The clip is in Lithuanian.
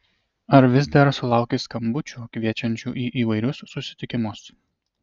ar vis dar sulauki skambučių kviečiančių į įvairius susitikimus